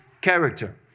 character